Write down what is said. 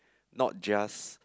not just